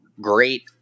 great